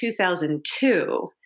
2002